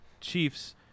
Chiefs